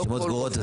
הרשימות סגורות.